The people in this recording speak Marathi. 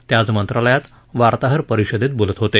ते आज मंत्रालयात वार्ताहर परिषदेत बोलत होते